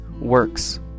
works